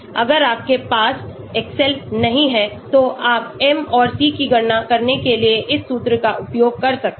अगर आपके पास एक्सेल नहीं है तो आप m और c की गणना करने के लिए इस सूत्र का उपयोग कर सकते हैं